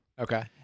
Okay